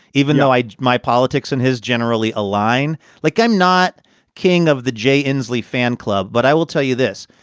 even though i my politics and his generally align like i'm not king of the jay inslee fan club. but i will tell you this,